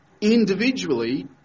individually